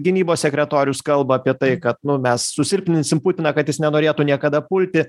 gynybos sekretorius kalba apie tai kad nu mes susilpninsim putiną kad jis nenorėtų niekada pulti